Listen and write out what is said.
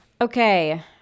Okay